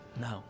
No